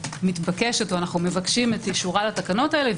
מתבקשת או שאנחנו מבקשים את אישורה לתקנות האלה.